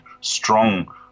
strong